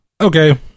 Okay